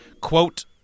quote